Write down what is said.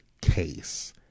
case